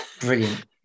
brilliant